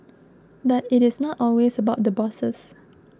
but it is not always about the bosses